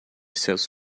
seus